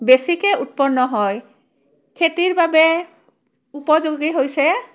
বেছিকৈ উৎপন্ন হয় খেতিৰ বাবে উপযোগী হৈছে